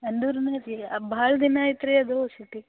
ಅಂದ್ರೂನು ರೀ ಆ ಭಾಳ ದಿನ ಆಯ್ತು ರೀ ಅದು ಸೂಟಿ